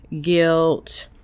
guilt